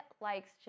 Likes